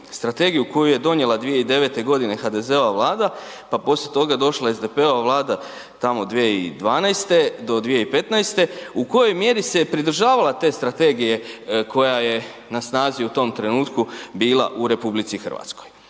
strategiju koju je donijela 2009. HDZ-ova Vlada pa poslije toga došla SDP-ova Vlada tamo 2012. do 2015., u kojoj mjeri se pridržavala te strategije koja je na snazi u tom trenutku bila u RH. Ja sam